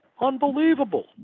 unbelievable